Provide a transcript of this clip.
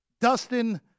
Dustin